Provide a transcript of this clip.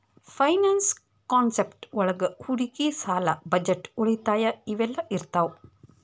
finance concept ಒಳಗ ಹೂಡಿಕಿ ಸಾಲ ಬಜೆಟ್ ಉಳಿತಾಯ ಇವೆಲ್ಲ ಇರ್ತಾವ